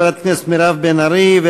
חברת הכנסת מירב בן ארי,